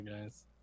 guys